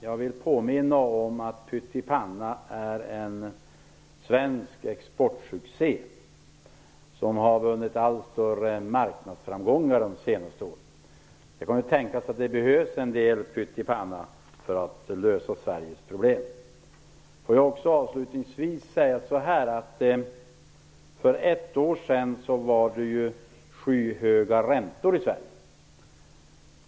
Jag vill påminna om att pyttipanna är en svensk exportsuccé, som har vunnit allt större marknadsframgångar de senaste åren. Det kan tänkas att det behövs en del pyttipanna för att lösa Sveriges problem. Avslutningsvis vill jag säga så här: För ett år sedan var det skyhöga räntor i Sverige.